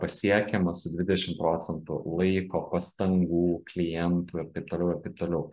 pasiekiama su dvidešim procentų laiko pastangų klientų ir taip toliau ir taip toliau